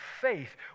faith